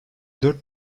dört